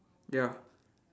ya